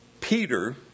Peter